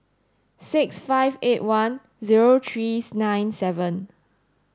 six five eight one zero three nine seven